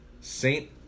Saint